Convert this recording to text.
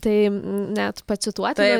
tai net pacituot